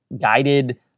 guided